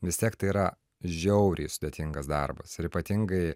vis tiek tai yra žiauriai sudėtingas darbas ir ypatingai